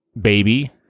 baby